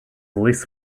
liz